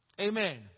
Amen